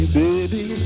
baby